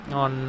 on